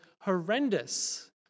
horrendous